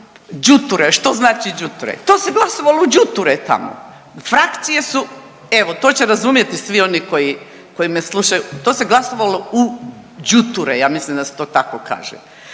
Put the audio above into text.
đuture. Što znači đuture? To se glasovalo u đuture tamo. Frakcije su evo to će razumjeti svi oni koji, koji me slušaju, to se glasovalo u đuture ja mislim da se to tako kaže.